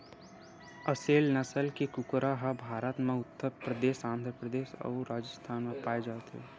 असेल नसल के कुकरा ह भारत म उत्तर परदेस, आंध्र परदेस अउ राजिस्थान म पाए जाथे